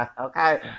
okay